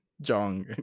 jong